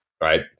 right